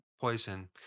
poison